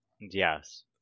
Yes